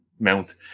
Mount